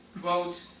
Quote